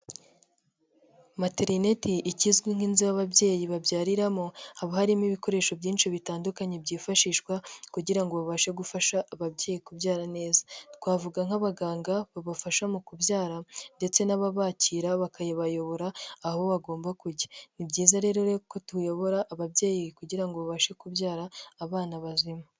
Materineti ikizwi nk'inzu y'ababyeyi babyariramo, haba harimo ibikoresho byinshi bitandukanye byifashishwa kugira ngo babashe gufasha ababyeyi kubyara neza, twavuga nk'abaganga babafasha mu kubyara ndetse n'ababakira bakabayobora aho bagomba kujya, ni byiza rero ko tuyobora ababyeyi kugira ngo babashe kubyara abana bazima.